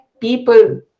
people